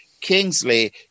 Kingsley